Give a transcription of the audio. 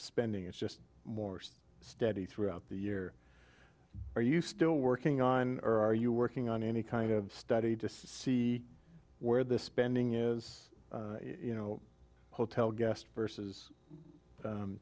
spending it's just more steady throughout the year are you still working on earth are you working on any kind of study to see where the spending is you know hotel guest versus